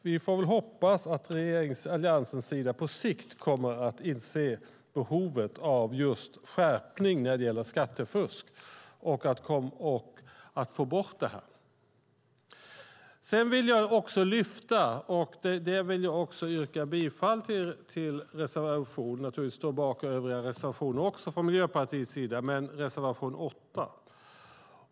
Vi får väl hoppas att Alliansen på sikt kommer att inse behovet av skärpning när det gäller att få bort skattefusk. Naturligtvis står jag bakom alla reservationer från Miljöpartiet, men jag vill lyfta fram och yrka bifall till reservation 8.